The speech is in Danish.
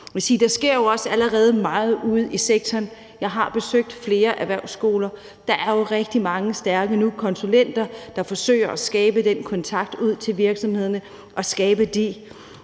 at der jo også allerede sker meget ude i sektoren. Jeg har besøgt flere erhvervsskoler, og der er jo nu rigtig mange stærke konsulenter, der forsøger at skabe den kontakt ud til virksomhederne og skabe de